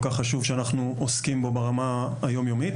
כך חשוב שאנחנו עוסקים בו ברמה היומיומית.